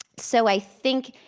so i think